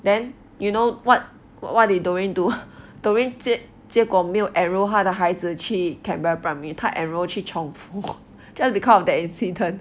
then you know what what did doreen do doreen 结结果没有 enrol 他的孩子去 canberra primary 他 enrol 去 chongfu just because of that incident